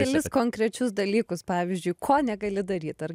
kelis konkrečius dalykus pavyzdžiui ko negali daryt ar